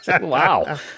Wow